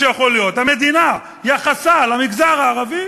המדינה, יחסה למגזר הערבי